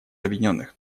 объединенных